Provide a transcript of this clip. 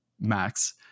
max